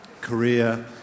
Korea